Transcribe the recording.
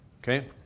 Okay